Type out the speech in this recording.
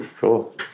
Cool